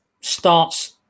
starts